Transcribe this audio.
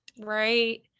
right